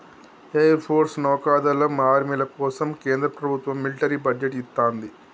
air force, నౌకాదళం, ఆర్మీల కోసం కేంద్ర ప్రభత్వం మిలిటరీ బడ్జెట్ ఇత్తంది